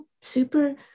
super